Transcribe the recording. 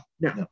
no